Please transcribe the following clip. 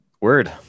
word